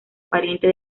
pariente